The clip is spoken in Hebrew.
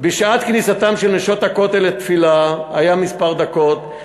בשעת כניסתן של "נשות הכותל" לתפילה היו כמה דקות,